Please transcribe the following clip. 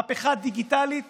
מהפכה דיגיטלית